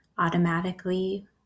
automatically